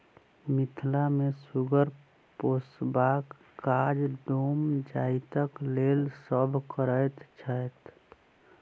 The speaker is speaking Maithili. मिथिला मे सुगर पोसबाक काज डोम जाइतक लोक सभ करैत छैथ